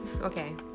Okay